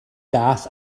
gath